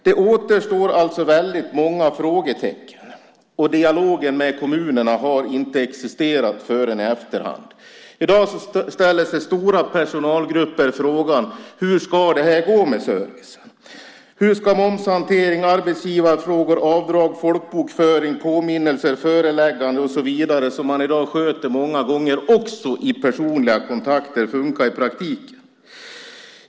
Det återstår alltså väldigt många frågetecken, och dialogen med kommunerna har inte existerat förrän i efterhand. I dag ställer sig stora personalgrupper frågan: Hur ska det gå med servicen? Hur ska momshantering, arbetsgivarfrågor, avdrag, folkbokföring, påminnelser, förelägganden och så vidare, som man i dag många gånger sköter också i personliga kontakter, funka i praktiken?